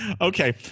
Okay